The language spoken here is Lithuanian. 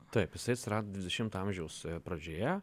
taip jisai atsirado dvidešimto amžiaus pradžioje